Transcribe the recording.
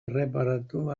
erreparatu